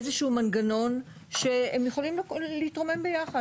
איזה שהוא מנגנון שהם יכולים להתרומם ביחד.